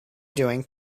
doing